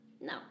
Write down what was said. No